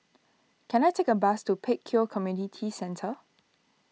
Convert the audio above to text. can I take a bus to Pek Kio Community Centre